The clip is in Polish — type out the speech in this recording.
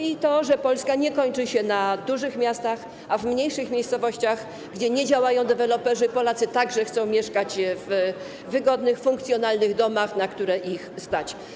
I to, że Polska nie kończy się na dużych miastach, a w mniejszych miejscowościach, gdzie nie działają deweloperzy, Polacy także chcą mieszkać w wygodnych, funkcjonalnych domach, na które ich stać.